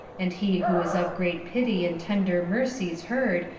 and he who is of great pity and tender mercies heard,